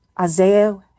Isaiah